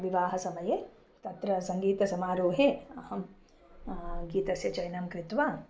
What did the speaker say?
विवाहसमये तत्र सङ्गीतसमारोहे अहं गीतस्य चयनं कृत्वा